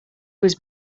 was